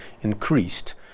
increased